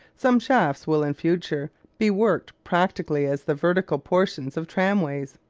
some shafts will in future be worked practically as the vertical portions of tramways,